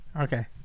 Okay